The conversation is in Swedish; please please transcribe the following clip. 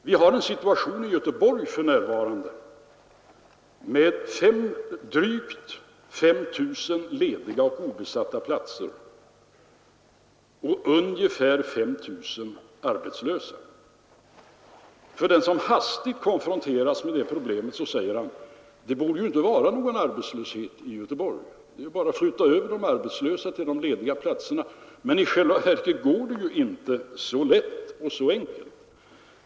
Vi har för närvarande en situation i Göteborg med drygt 5 000 lediga, obesatta platser och ungefär 5 000 arbetslösa. Den som hastigt konfronteras med det problemet säger att det borde ju inte vara någon arbetslöshet i Göteborg — det är bara att flytta över de arbetslösa till de lediga platserna. Men i själva verket går det inte så lätt och är inte så enkelt.